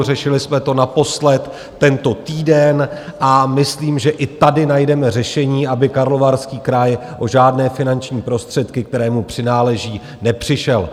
Řešili jsme to naposled tento týden a myslím, že i tady najdeme řešení, aby Karlovarský kraj o žádné finanční prostředky, které mu přináleží, nepřišel.